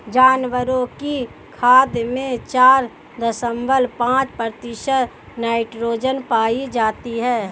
जानवरों की खाद में चार दशमलव पांच प्रतिशत नाइट्रोजन पाई जाती है